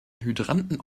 hydranten